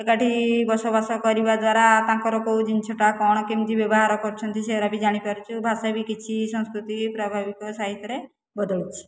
ଏକାଠି ବସବାସ କରିବା ଦ୍ୱାରା ତାଙ୍କର କେଉଁ ଜିନିଷ ଟି କ'ଣ କେମିତି ବ୍ୟବହାର କରୁଛନ୍ତି ସେ ଗୁଡ଼ାକ ବି ଜାଣିପାରୁଛୁ ଭାଷା ବି କିଛି ସଂସ୍କୃତି ପ୍ରଭାବିକ ସାହିତ୍ୟରେ ବଦଳୁଛି